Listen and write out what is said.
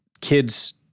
kids